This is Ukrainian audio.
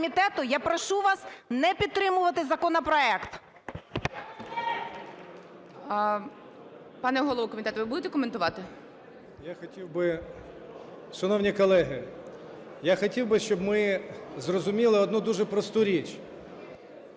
я хотів би, щоб ми зрозуміли одну дуже просту річ: